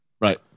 Right